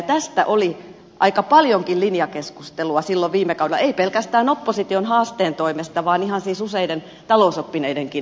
tästä oli aika paljonkin linjakeskustelua silloin viime kaudella ei pelkästään opposition haasteen toimesta vaan ihan siis useiden talousoppineidenkin linjan mukaisesti